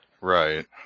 Right